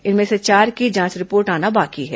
इनमें से चार की जांच रिपोर्ट आना अभी बाकी है